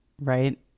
Right